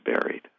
buried